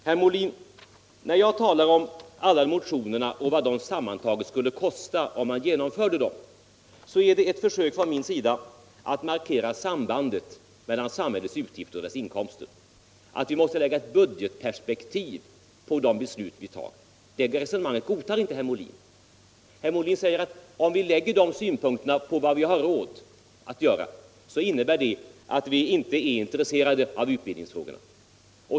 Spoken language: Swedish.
Herr Molin! När jag talar om alla motionerna och vad de sammantaget skulle kosta om man genomförde deras yrkanden, så är det ett försök från min sida att markera sambandet mellan samhällets utgifter och dess inkomster, att vi måste anlägga ett budgetperspektiv på de beslut vi tar. Det resonemanget godtar tydligen inte herr Molin. Han säger, att om vi lägger de synpunkterna på vad vi har råd att göra innebär det att vi inte är intresserade av utbildningsfrågorna.